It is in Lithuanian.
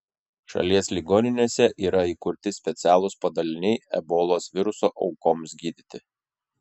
šalies ligoninėse yra įkurti specialūs padaliniai ebolos viruso aukoms gydyti